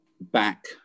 back